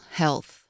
health